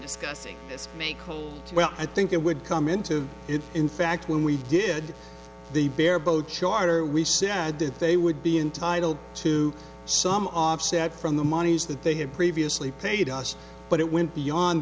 whole well i think it would come into it in fact when we did the bareboat charter we said that they would be entitled to some offset from the monies that they had previously paid us but it went beyond